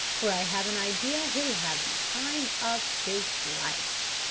for i have an idea he'll have the time of his life.